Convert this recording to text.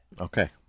okay